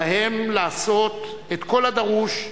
עליהן לעשות את כל הדרוש,